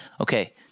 okay